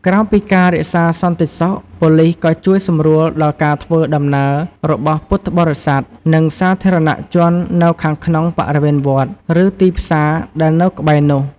ក្រៅពីការរក្សាសន្តិសុខ ប៉ូលិសក៏ជួយសម្រួលដល់ការធ្វើដំណើររបស់ពុទ្ធបរិស័ទ និងសាធារណជននៅខាងក្នុងបរិវេណវត្ត ឬទីផ្សារដែលនៅក្បែរនោះ។